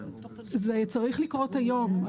זה צריך לקרות היום.